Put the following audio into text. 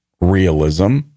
realism